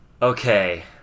Okay